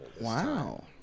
Wow